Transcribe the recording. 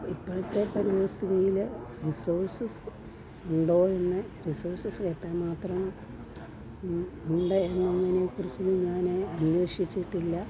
ഇപ്പോഴത്തെ പരിതസ്ഥിതിയിൽ റിസോഴ്സ്സ് ഉണ്ടോ എന്ന് റിസോഴ്സസ് എത്രമാത്രം ഉണ്ട് എന്നതിനെ കുറിച്ച് ഞാൻ അന്വേഷിച്ചിട്ടില്ല